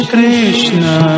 Krishna